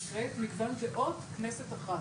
הנקרא "מגוון דעות - כנסת אחת".